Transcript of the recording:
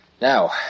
Now